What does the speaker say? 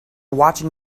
watching